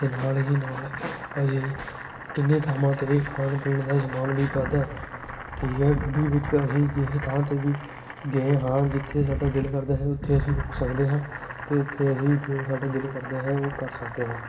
ਅਤੇ ਨਾਲ ਹੀ ਨਾਲ ਅਸੀਂ ਕਿੰਨੀਆਂ ਥਾਵਾਂ 'ਤੇ ਖਾਣ ਪੀਣ ਦਾ ਸਮਾਨ ਵੀ ਖਾਧਾ ਠੀਕ ਹੈ ਗੱਡੀ ਵਿੱਚ ਅਸੀਂ ਜਿਸ ਥਾਂ 'ਤੇ ਵੀ ਗਏ ਹਾਂ ਜਿੱਥੇ ਸਾਡਾ ਦਿਲ ਕਰਦਾ ਹੈ ਉੱਥੇ ਅਸੀਂ ਰੋਕ ਸਕਦੇ ਹਾਂ ਅਤੇ ਉੱਥੇ ਅਸੀਂ ਜੋ ਸਾਡਾ ਦਿਲ ਕਰਦਾ ਹੈ ਉਹ ਕਰ ਸਕਦੇ ਹਾਂ